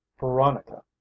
Veronica